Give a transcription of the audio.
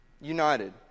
United